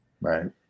right